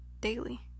daily